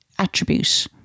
attribute